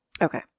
okay